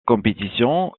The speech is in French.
compétition